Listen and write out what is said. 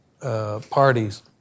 parties